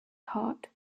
heart